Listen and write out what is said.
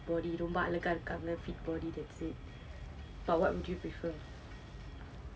body ரொம்ப அழகா இருக்காங்க:romba alaga irukkaanga fit body that's it but what would you prefer